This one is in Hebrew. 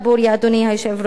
אדוני היושב-ראש,